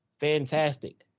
Fantastic